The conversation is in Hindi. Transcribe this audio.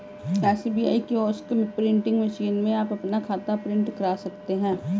एस.बी.आई किओस्क प्रिंटिंग मशीन में आप अपना खाता प्रिंट करा सकते हैं